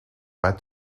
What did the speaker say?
pas